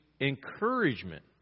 encouragement